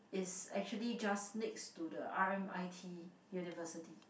is actually just next to the r_m_i_t University